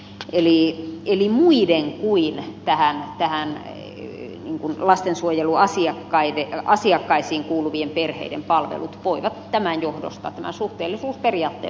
eli ihon side muihin vähän tähän muiden kuin lastensuojeluasiakkaisiin kuuluvien perheiden palvelut voivat tämän suhteellisuusperiaatteen